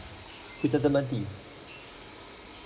chrysanthemum tea